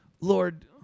Lord